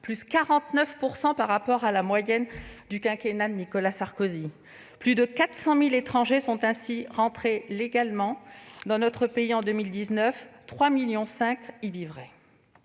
de 49 % par rapport à la moyenne du quinquennat de Nicolas Sarkozy. Ainsi, plus de 400 000 étrangers sont entrés légalement dans notre pays en 2019, et 3,5 millions y vivraient.